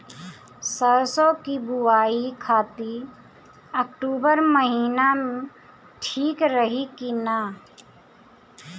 सरसों की बुवाई खाती अक्टूबर महीना ठीक रही की ना?